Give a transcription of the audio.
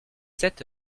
sept